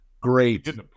Great